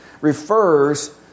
refers